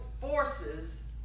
forces